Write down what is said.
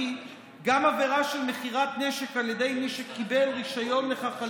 גם עבירה של מכירת נשק על ידי מי שקיבל רישיון לכך על